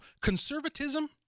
Conservatism